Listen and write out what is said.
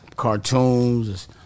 cartoons